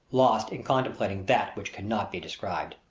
lost in contemplating that which can not be described.